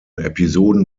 episoden